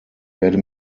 werde